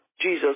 Jesus